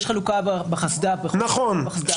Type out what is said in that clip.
יש חלוקה בחסד"פ --- נכון.